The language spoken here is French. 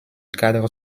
cadre